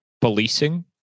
policing